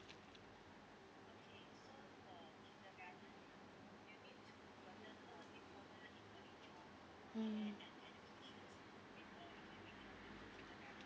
mm